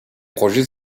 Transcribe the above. projets